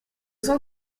cent